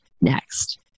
next